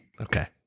Okay